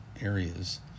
areas